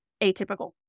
atypical